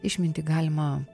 išmintį galima